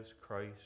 Christ